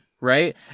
right